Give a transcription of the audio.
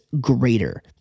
greater